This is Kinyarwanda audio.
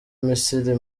misiri